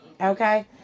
Okay